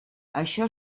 això